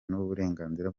n’uburenganzira